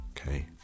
Okay